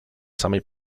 samej